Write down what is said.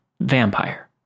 vampire